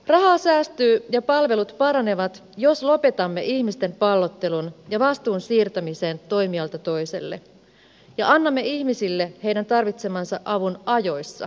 rahaa säästyy ja palvelut paranevat jos lopetamme ihmisten pallottelun ja vastuun siirtämisen toimijalta toiselle ja annamme ihmisille heidän tarvitsemansa avun ajoissa